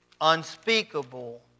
unspeakable